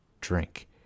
drink